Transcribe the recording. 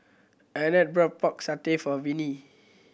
Arnett brought Pork Satay for Viney